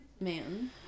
man